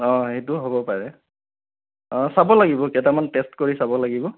অ সেইটোও হ'ব পাৰে অ চাব লাগিব কেইটামান টেষ্ট কৰি চাব লাগিব